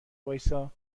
وایستا